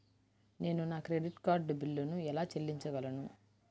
నేను నా credit card బిల్లును ఎలా చెల్లించగలను?